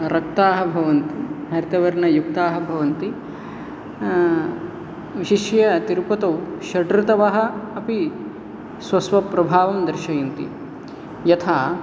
रक्ताः भवन्ति हरितवर्णयुक्ताः भवन्ति विशिष्य तिरुपतौ षड्ऋतवः अपि स्वस्व प्रभावं दर्शयन्ति यथा